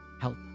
Help